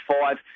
five